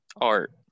art